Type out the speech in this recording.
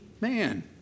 man